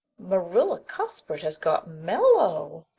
marilla cuthbert has got mellow.